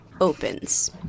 opens